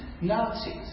Nazis